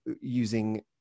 using